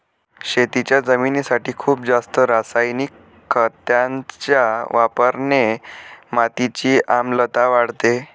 शेतीच्या जमिनीसाठी खूप जास्त रासायनिक खतांच्या वापराने मातीची आम्लता वाढते